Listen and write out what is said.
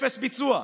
אפס ביצוע.